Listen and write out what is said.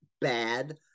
bad